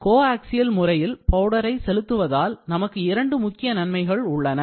coaxial முறையில் பவுடரை செலுத்துவதால் நமக்கு இரண்டு முக்கிய நன்மைகள் உள்ளன